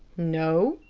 no,